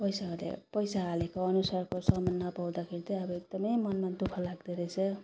पैसा हाल्यो पैसा हालेको अनुसारको सामान नपाउँदाखेरि त अब एकदम मनमा दुःख लाग्दो रहेछ